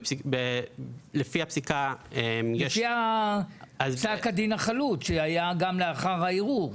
לפי פסק הדין החלוט, שהיה גם לאחר הערעור.